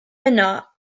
yno